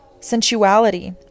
Sensuality